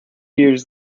years